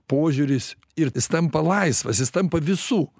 požiūris ir jis tampa laisvas jis tampa visų